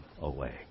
away